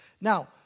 Now